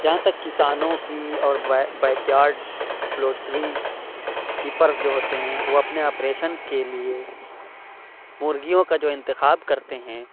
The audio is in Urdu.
جہاں تک کسانوں کی اور بیک یارڈ پولٹری کیپرز جو ہوتے ہیں وہ اپنے آپریشن کے لیے پولیو کا جو انتخاب کرتے ہیں